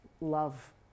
love